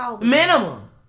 Minimum